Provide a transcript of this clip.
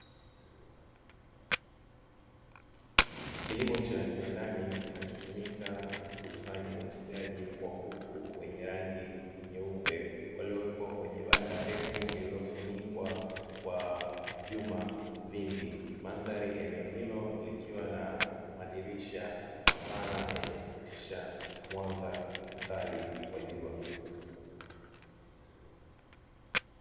Kilimo cha kiwandani kinachotumika kufanya ufugaji wa kuku, wenye rangi nyeupe waliowekwa ndefu lililofunikwa kwa vyuma vingi mandhari ya eneo hilo likiwa na madirisha mapana yenye kupitisha mwanga mkali wa jua.